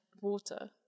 water